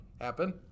happen